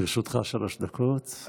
לרשותך שלוש דקות, בבקשה.